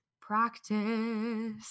Practice